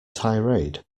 tirade